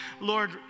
Lord